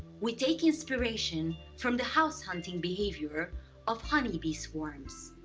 we take inspiration from the house-hunting behavior of honeybee swarms.